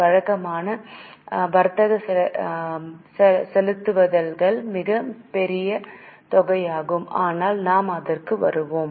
வழக்கமான வர்த்தக செலுத்துதல்கள் மிகப் பெரிய தொகையாகும் ஆனால் நாம் அதற்கு வருவோம்